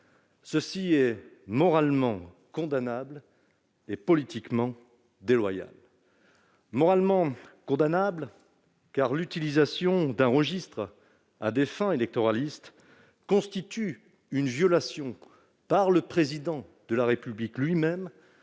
C'est moralement condamnable et politiquement déloyal. Moralement condamnable, car l'utilisation d'un registre à des fins électoralistes constitue une violation par le Président de la République lui-même